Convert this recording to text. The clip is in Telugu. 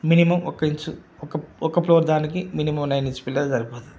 మినిమమ్ ఒక ఇంచు ఒక ఒక్క ఫ్లోర్ దానికి మినిమమ్ నైన్ ఇంచ్ పిల్లర్ సరిపోతుంది